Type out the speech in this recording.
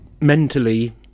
mentally